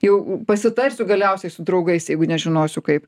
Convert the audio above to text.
jau pasitarsiu galiausiai su draugais jeigu nežinosiu kaip